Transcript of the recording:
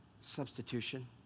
Substitution